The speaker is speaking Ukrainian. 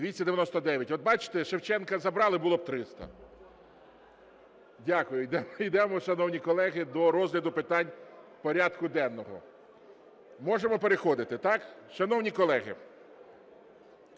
За-299 От бачите, Шевченка забрали, було б 300. Дякую. Йдемо, шановні колеги, до розгляду питань порядку денного. Можемо переходити, так? Шановні колеги,